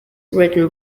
written